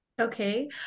Okay